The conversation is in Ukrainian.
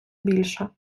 більше